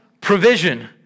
provision